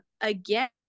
again